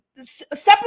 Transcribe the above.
Separate